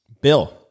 Bill